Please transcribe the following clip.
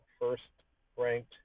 first-ranked